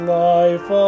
life